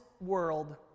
world